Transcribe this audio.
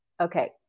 Okay